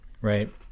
right